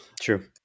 true